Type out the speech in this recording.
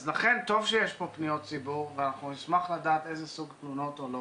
לכן טוב שיש פה פניות ציבור ואנחנו נשמח לדעת איזה סוג תלונות עולה.